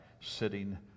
sitting